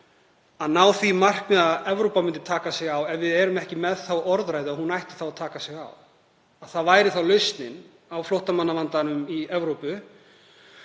að ná því markmiði að Evrópa taki sig á, ef við erum ekki með þá orðræðu að hún eigi að taka sig á, að það sé lausnin á flóttamannavandanum í Evrópu